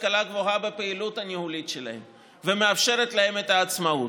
בפעילות הניהולית של המוסדות להשכלה גבוהה ומאפשרת להם את העצמאות.